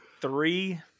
three